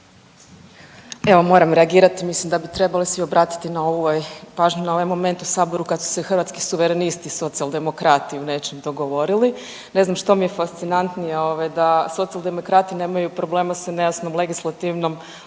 Evo moram reagirati, mislim da bi trebali svi obratiti na ovaj, važno na ovaj moment u saboru kad su se Hrvatski suverenisti i socijaldemokrati u nečem dogovorili. Ne znam što mi je fascinantnije ovaj da socijaldemokrati nemaju problema sa nejasnom legislativnom odrednicom